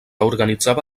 organitzava